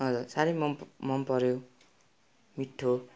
हजुर साह्रै मन मनपर्यो मिठो